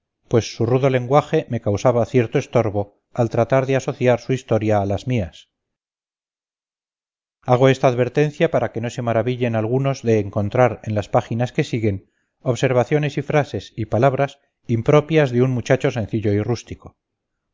pues su rudo lenguaje me causaba cierto estorbo al tratar de asociar su historia a las mías hago esta advertencia para que no se maravillen algunos de encontrar en las páginas que siguen observaciones y frases y palabras impropias de un muchacho sencillo y rústico